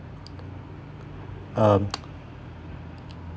um